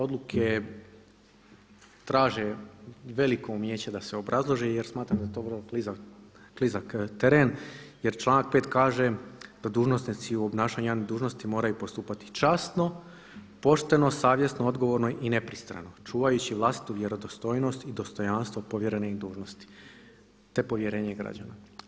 Odluke traže veliko umijeće da se obrazloži, jer smatram da je to vrlo klizak teren jer članak 5. kaže da dužnosnici u obnašanju javnih dužnosti moraju postupati časno, pošteno, savjesno, odgovorno i nepristrano čuvajući vlastitu vjerodostojnost i dostojanstvo povjerene im dužnosti, te povjerenje građana.